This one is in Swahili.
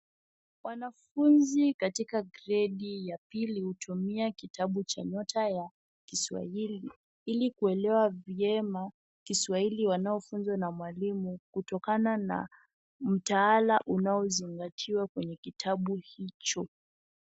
Wanafunzi katika gredi ya pili hutumia kitabu cha nyota ya kiswahili ili kuelewa vyema kiswahili wanayofunzwa na mwalimu kutokana na mtaala unaozingatiwa kwenye kitabu hicho.